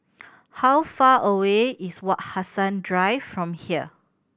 how far away is Wak Hassan Drive from here